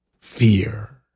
fear